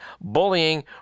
bullying